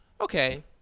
okay